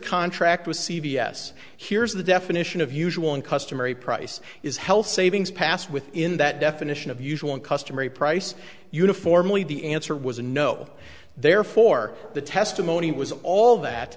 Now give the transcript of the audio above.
contract with c v s here's the definition of usual and customary price is health savings passed within that definition of usual and customary price uniformly the answer was no therefore the testimony was all that